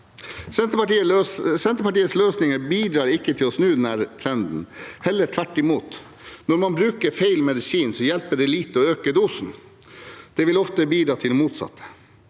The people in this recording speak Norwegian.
Senterpartiets løsninger bidrar ikke til å snu denne trenden, heller tvert imot. Når man bruker feil medisin, hjelper det lite å øke dosen. Det vil ofte bidra til det motsatte.